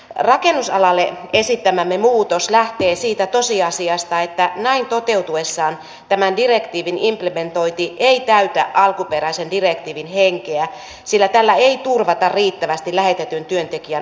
rakennusalalle esittämämme muutos lähtee siitä tosiasiasta että näin toteutuessaan tämän direktiivin implementointi ei täytä alkuperäisen direktiivin henkeä sillä tällä ei turvata riittävästi lähetetyn työntekijän oikeuksia